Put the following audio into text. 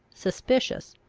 suspicious,